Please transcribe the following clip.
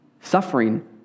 suffering